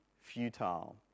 futile